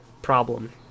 problem